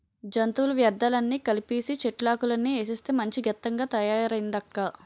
జంతువుల వ్యర్థాలన్నీ కలిపీసీ, చెట్లాకులన్నీ ఏసేస్తే మంచి గెత్తంగా తయారయిందక్కా